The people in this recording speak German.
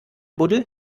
buddel